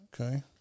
Okay